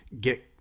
get